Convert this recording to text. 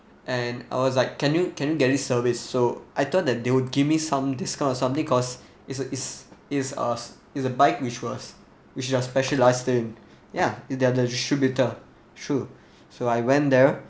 and I was like can you can you get it serviced so I thought that they would give me some discount or something cause is is is uh is a bike which was which you are specialized in ya they are the distributor true so I went there